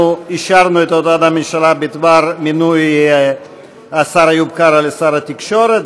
אנחנו אישרנו את הודעת הממשלה בדבר מינוי השר איוב קרא לשר התקשורת.